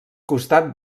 costat